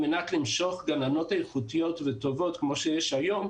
על מנת למשוך גננות איכותיות וטובות כמו שיש היום,